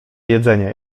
jedzenia